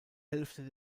hälfte